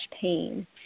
pain